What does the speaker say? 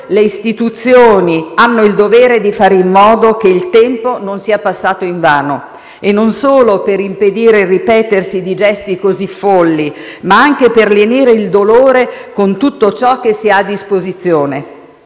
le istituzioni hanno il dovere di fare in modo che il tempo non sia passato invano e non solo per impedire il ripetersi di gesti così folli, ma anche per lenire il dolore con tutto ciò che si ha a disposizione.